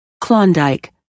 Klondike